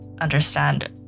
understand